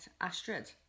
Astrid